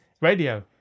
radio